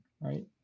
right